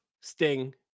Sting